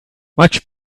much